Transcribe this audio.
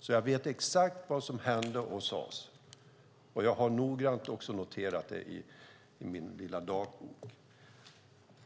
så jag vet exakt vad som hände och sades. Jag har noterat detta noggrant i min dagbok.